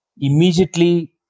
immediately